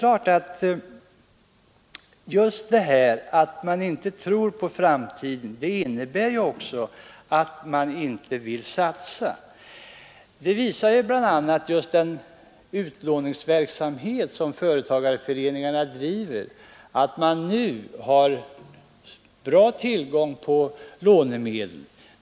Att man inte tror på framtiden medför självfallet att man inte vill satsa. Det visar bl.a. företagarföreningarnas utlåningsverksamhet; dessa har nu god tillgång till lånemedel.